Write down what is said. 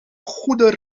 goede